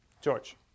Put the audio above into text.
George